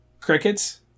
Crickets